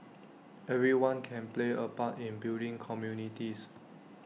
everyone can play A part in building communities